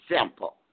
simple